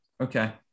Okay